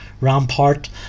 Rampart